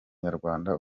nyarwanda